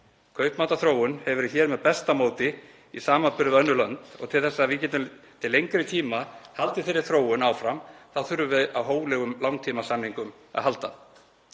Kaupmáttarþróun hefur verið með besta móti hér í samanburði við önnur lönd og til þess að við getum til lengri tíma haldið þeirri þróun áfram þurfum við á hóflegum langtímasamningum að halda.